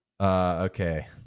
Okay